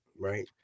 right